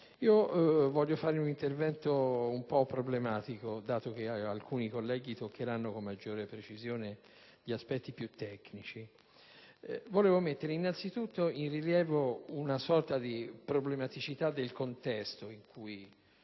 svolgere un intervento un po' problematico, dato che alcuni colleghi toccheranno, con maggiore precisione, gli aspetti più tecnici. Vorrei anzitutto mettere in rilievo una sorta di problematicità del contesto in cui